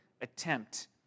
attempt